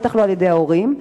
בטח לא על-ידי ההורים.